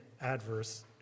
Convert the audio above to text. adverse